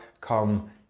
come